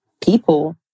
people